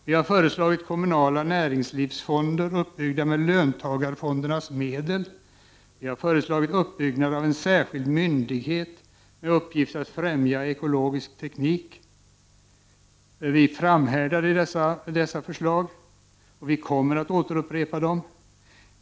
Vi har föreslagit kommunala näringslivsfonder uppbyggda med löntagarfondernas medel. Vi har föreslagit uppbyggnad av en särskild myndighet med uppgift att främja ekologisk teknik. Vi framhärdar i dessa förslag, och vi kommer att upprepa dem.